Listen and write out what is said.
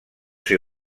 ser